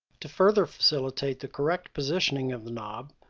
to further facilitate the correct positioning of the knob,